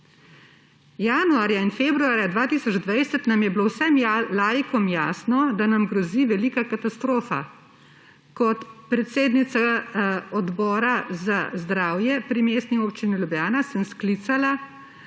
Januarja in februarja 2020 nam je bilo vsem laikom jasno, da nam grozi velika katastrofa. Kot predsednica Odbora za zdravje in socialno varstvo pri Mestni občini Ljubljana sem sklicala,